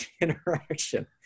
interaction